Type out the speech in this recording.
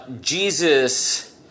Jesus